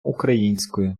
українською